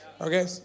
Okay